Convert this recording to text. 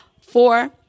Four